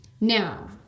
Now